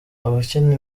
abakina